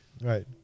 Right